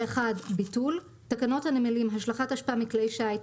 ביטול 21. תקנות הנמלים (השלכת אשפה מבלי שיט),